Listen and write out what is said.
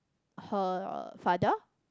her father